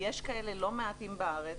ויש כאלה לא מעטים בארץ.